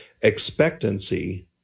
expectancy